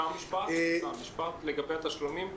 אפשר משפט לגבי התשלומים?